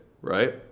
right